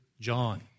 John